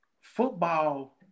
football –